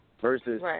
Versus